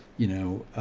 you know,